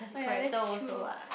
oh ya that's true